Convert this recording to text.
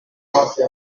notre